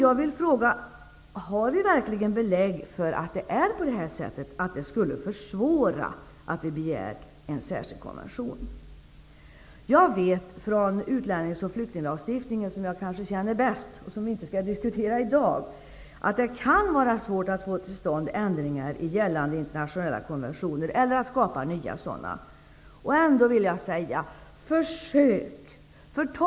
Finns det verkligen belägg för att det skulle försvåra om vi begär en särskilt konvention? Jag vet från utlännings och flyktinglagstiftningen -- som jag kanske känner bäst till, men som vi inte skall diskutera i dag -- att det kan vara svårt att få till stånd ändringar i gällande internationella konventioner eller att skapa nya sådana. Ändå vill jag säga: Försök att göra detta!